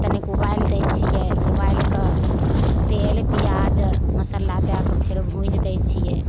तनिक उबालि दै छियै उबालि कऽ तेल पिआज मसाला दएकऽ फेरो भुँजि दै छियै